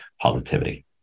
positivity